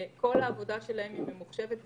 כל העבודה שלהם היא ממוחשבת ואוטומטית.